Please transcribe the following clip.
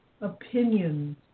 opinions